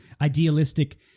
idealistic